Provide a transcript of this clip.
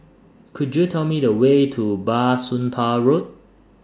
Could YOU Tell Me The Way to Bah Soon Pah Road